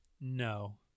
No